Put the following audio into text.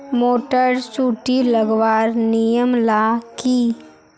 Motor सुटी लगवार नियम ला की?